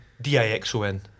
d-i-x-o-n